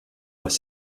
mas